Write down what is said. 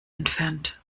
entfernt